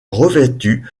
revêtu